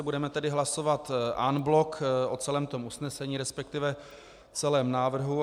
Budeme tedy hlasovat en bloc o celém tom usnesení, resp. o celém návrhu.